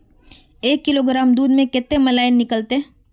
एक किलोग्राम दूध में कते मलाई निकलते?